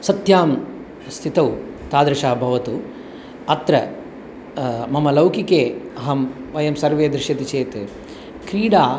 सत्यं स्थितौ तादृशं भवतु अत्र मम लौकिके अहं वयं सर्वे पश्यन्ति चेत् क्रीडा